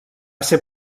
ser